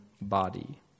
body